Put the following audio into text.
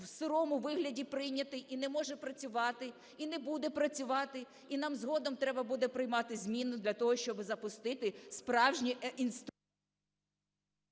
в "сирому" вигляді прийнятий і не може працювати, і не буде працювати. І нам згодом треба буде приймати зміни для того, щоб запустити справжній…